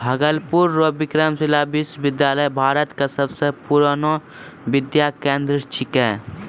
भागलपुर रो विक्रमशिला विश्वविद्यालय भारत के सबसे पुरानो विद्या केंद्र छिकै